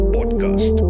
Podcast